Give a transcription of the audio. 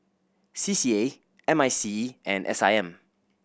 C C A M I C E and S I M